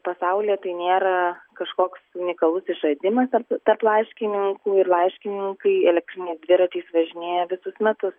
pasaulyje tai nėra kažkoks unikalus išradimas tarp laiškininkų ir laiškininkai elektriniais dviračiais važinėja visus metus